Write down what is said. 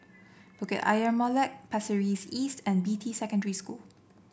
Bukit Ayer Molek Pasir Ris East and Beatty Secondary School